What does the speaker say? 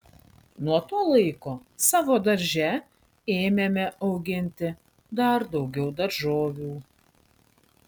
nuo to laiko savo darže ėmėme auginti dar daugiau daržovių